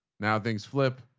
now things flip.